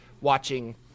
watching